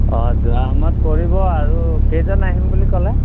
অঁ যোৱা সময়ত কৰিব আৰু কেইজন আহিম বুলি ক'লে